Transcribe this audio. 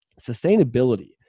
sustainability